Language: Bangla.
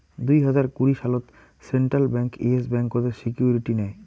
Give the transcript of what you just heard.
দুই হাজার কুড়ি সালত সেন্ট্রাল ব্যাঙ্ক ইয়েস ব্যাংকতের সিকিউরিটি নেয়